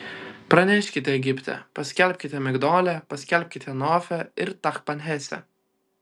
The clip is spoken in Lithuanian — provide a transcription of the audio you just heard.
praneškite egipte paskelbkite migdole paskelbkite nofe ir tachpanhese